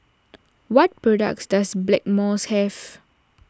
what products does Blackmores have